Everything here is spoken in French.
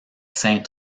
saint